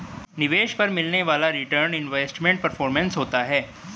निवेश पर मिलने वाला रीटर्न इन्वेस्टमेंट परफॉरमेंस होता है